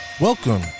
Welcome